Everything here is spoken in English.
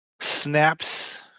snaps